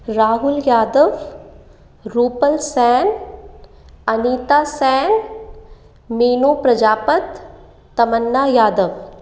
Rahul Yadav Rupal Sain Anita Sain Meenu Prajapat Tamanna Yadav